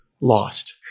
lost